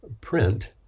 Print